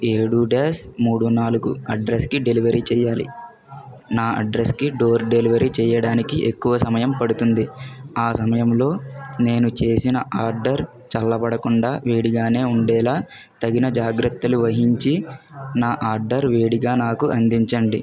ఏడు డ్యాష్ మూడు నాలుగు అడ్రస్కి డెలివరీ చెయ్యాలి నా అడ్రస్కి డోర్ డెలివరీ చేయడానికి ఎక్కువ సమయం పడుతుంది ఆ సమయంలో నేను చేసిన ఆర్డర్ చల్లబడకుండా వేడిగానే ఉండేలా తగిన జాగ్రత్తలు వహించి నా ఆర్డర్ వేడిగా నాకు అందించండి